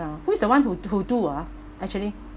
ya who is the one who who do ah actually